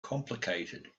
complicated